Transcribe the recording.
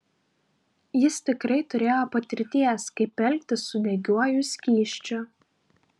jis tikrai turėjo patirties kaip elgtis su degiuoju skysčiu